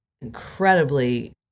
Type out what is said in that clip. incredibly